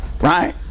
right